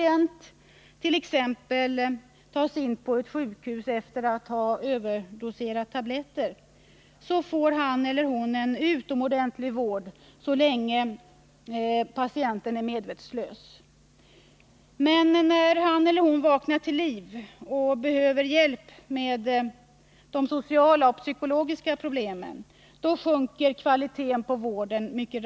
en patient tas in på ett sjukhus efter att ha överdoserat tabletter får han eller hon en utomordentlig vård så länge hon eller han är medvetslös. När patienten vaknat till liv och då han eller hon behöver hjälp med de sociala och psykologiska problemen sjunker kvaliteten raskt.